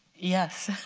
yes.